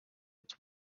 its